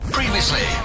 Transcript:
Previously